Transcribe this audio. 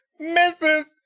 Mrs